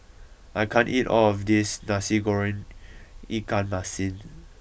I can't eat all of this Nasi Goreng Ikan Masin